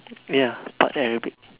ya part Arabic